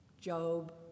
Job